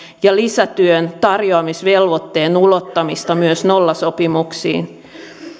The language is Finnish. ja lisätyön tarjoamisvelvoitteen ulottamista myös nollasopimuksiin